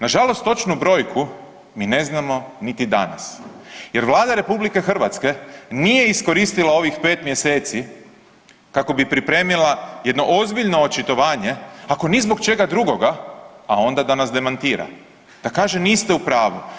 Nažalost točnu brojku mi ne znamo niti danas jer Vlada RH nije iskoristila ovih pet mjeseci kako bi pripremila jedno ozbiljno očitovanje, ako ni zbog čega drugoga, a onda da nas demantira, da kaže niste u pravu.